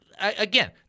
again